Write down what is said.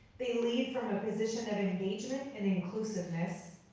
they lead from a position of engagement and inclusiveness,